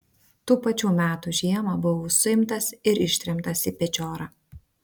tų pačių metų žiemą buvau suimtas ir ištremtas į pečiorą